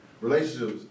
relationships